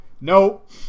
Nope